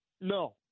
no